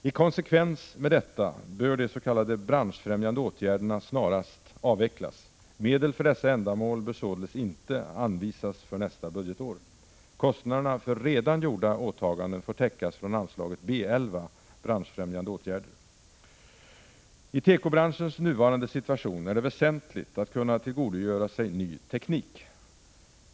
I konsekvens med detta bör de s.k. branschfrämjande åtgärderna snarast avvecklas. Medel för dessa ändamål bör således inte anvisas för nästa budgetår. Kostnaderna för redan gjorda åtaganden får täckas från anslaget B 11, Branschfrämjande åtgärder. I tekobranschens nuvarande situation är det väsentligt att kunna tillgodogöra sig ny teknik.